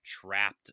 trapped